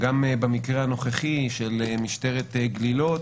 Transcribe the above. גם במקרה הנוכחי של משטרת גלילות